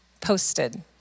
posted